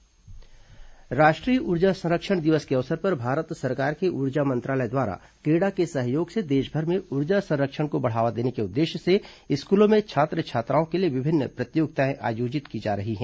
ऊर्जा संरक्षण प्रतियोगिता राष्ट्रीय ऊर्जा संरक्षण दिवस के अवसर पर भारत सरकार के ऊर्जा मंत्रालय द्वारा क्रेडा के सहयोग से देशभर में ऊर्जा संरक्षण को बढ़ावा देने के उद्देश्य से स्कूलों में छात्र छात्राओं के लिए विभिन्न प्रतियोगिताएं आयोजित की जा रही हैं